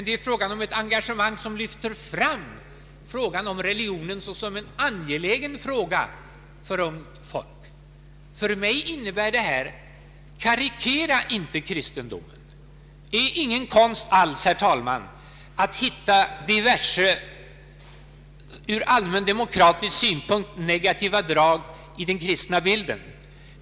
Det gäller ett engagemang som lyfter fram religionen såsom en angelägen fråga för ungt folk. För mig innebär detta att man inte skall karikera kristendomen. Det är ingen konst alls, herr talman, att hitta diverse ur allmän demokratisk synpunkt negativa drag i den kristna bilden.